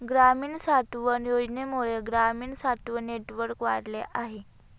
ग्रामीण साठवण योजनेमुळे ग्रामीण साठवण नेटवर्क वाढले आहे